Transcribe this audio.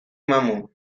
mamu